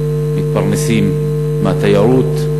שמתפרנסות מהתיירות.